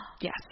yes